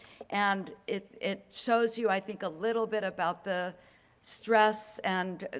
and it it shows you, i think a little bit about the stress and